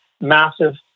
massive